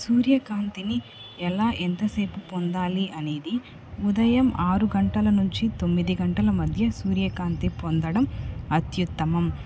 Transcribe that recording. సూర్యకాంతిని ఎలా ఎంతసేపు పొందాలి అనేది ఉదయం ఆరు గంటల నుంచి తొమ్మిది గంటల మధ్య సూర్యకాంతి పొందడం అత్యుత్తమం